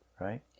right